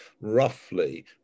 roughly